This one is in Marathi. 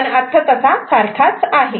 पण अर्थ तसा सारखाच आहे